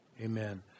amen